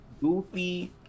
Goofy